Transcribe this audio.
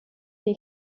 des